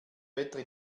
wetter